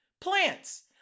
plants